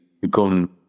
become